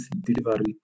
delivery